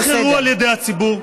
שלא נבחרו על ידי הציבור,